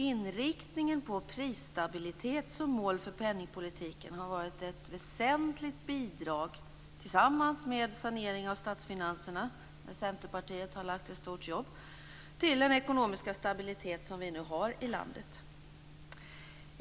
Inriktningen på prisstabilitet som mål för penningpolitiken har, tillsammans med sanering av statsfinanserna där Centerpartiet har lagt ned ett stort jobb, varit ett väsentligt bidrag till den ekonomiska stabilitet som vi nu har i landet.